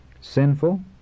sinful